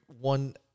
one